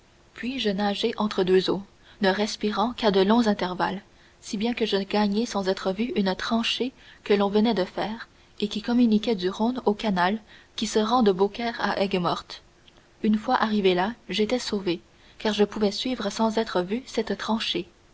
puis je nageai entre deux eaux ne respirant qu'à de longs intervalles si bien que je gagnai sans être vu une tranchée que l'on venait de faire et qui communiquait du rhône au canal qui se rend de beaucaire à aigues mortes une fois arrivé là j'étais sauvé car je pouvais suivre sans être vu cette tranchée